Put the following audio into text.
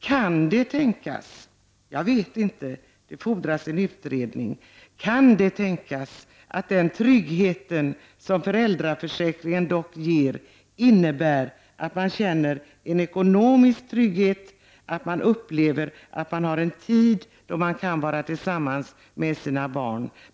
Kan det tänkas — jag vet inte, utan det krävs en utredning — att den trygghet som föräldraförsäkringen ger innebär att människor också upplever ekonomisk trygghet när de tar föräldraledigt och är tillsammans med sina barn?